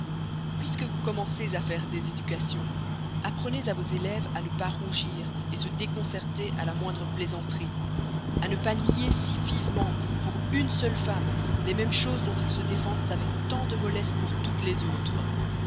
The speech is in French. puisque vous commencez à faire des éducations apprenez à vos élèves à ne pas rougir se déconcerter à la moindre plaisanterie à ne pas nier si vivement pour une seule femme les mêmes choses dont ils se défendent avec tant de mollesse pour toutes les autres